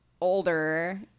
older